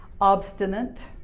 Obstinate